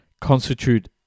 constitute